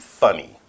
funny